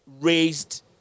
raised